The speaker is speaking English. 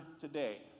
today